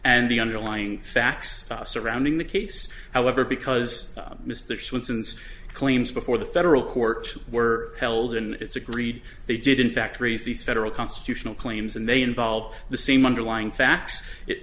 and the underlying facts surrounding the case however because mr sherman since claims before the federal court were held in its agreed they did in fact raise these federal constitutional claims and they involve the same underlying facts it